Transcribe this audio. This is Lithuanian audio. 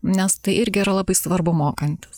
nes tai irgi yra labai svarbu mokantis